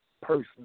person